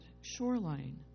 shoreline